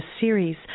series